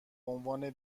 عنوان